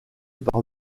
par